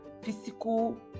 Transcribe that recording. physical